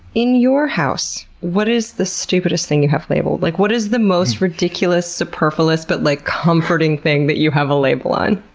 in your house, what is the stupidest thing you have labeled? like what is the most ridiculous, superfluous, but like comforting thing that you have a label on?